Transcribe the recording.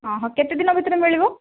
କେତେଦିନ ଭିତରେ ମିଳିବ